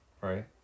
right